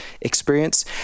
experience